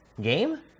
game